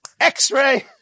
x-ray